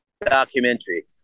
documentary